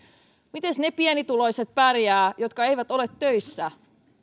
mites ne pienituloiset pärjäävät jotka eivät ole töissä